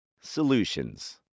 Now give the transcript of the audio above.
Solutions